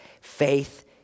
faith